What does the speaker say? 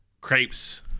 crepes